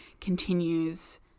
continues